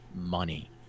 money